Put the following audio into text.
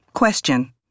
Question